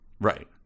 Right